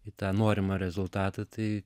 į tą norimą rezultatą tai